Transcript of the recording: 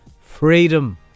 freedom